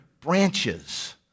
branches